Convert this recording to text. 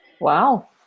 wow